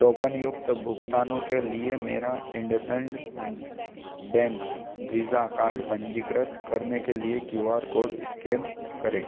टोकनयुक्त भुगतानों के लिए मेरा इंडसेंड बेंक वीज़ा कार्ड पंजीकृत करने के लिए क्यू आर कोड इस्कैन करें